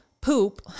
poop